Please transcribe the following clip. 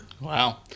Wow